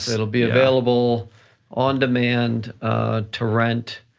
it'll be available on-demand, to rent